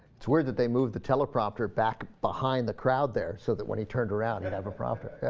to wear that they move the teleprompter back behind the crowd there so that when he turned around and have a proper